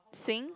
sing